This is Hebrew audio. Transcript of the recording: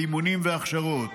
לאימונים והכשרות.